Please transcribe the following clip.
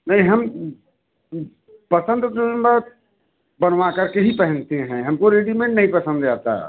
नहीं हम पसंद बनवा करके ही पहनते हैं हमको रेडिमेड नहीं पसंद आता